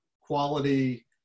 quality